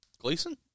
Gleason